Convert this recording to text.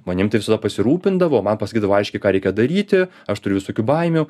manim tai visada pasirūpindavo man pasakydavo aiškiai ką reikia daryti aš turiu visokių baimių